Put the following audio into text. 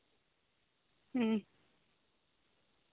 ᱦᱩᱸ